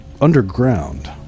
underground